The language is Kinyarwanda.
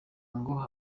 ngo